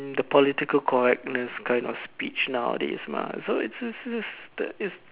the political correctness kind of speech nowadays mah so is is is